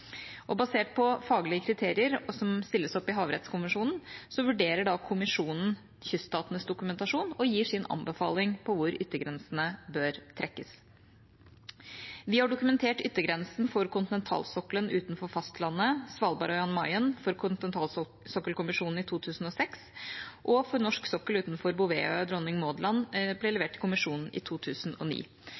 Basert på faglige kriterier som stilles opp i havrettskommisjonen, vurderer kommisjonen kyststatenes dokumentasjon og gir sin anbefaling på hvor yttergrensene bør trekkes. Vi dokumenterte yttergrensen for kontinentalsokkelen utenfor fastlandet, Svalbard og Jan Mayen for kontinentalsokkelkommisjonen i 2006, og dokumentasjonen for norsk sokkel utenfor Bouvetøya og Dronning Maud Land ble levert til kommisjonen i 2009.